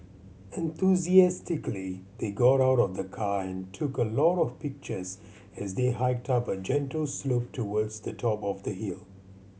enthusiastically they got out of the car and took a lot of pictures as they hiked up a gentle slope towards the top of the hill